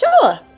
Sure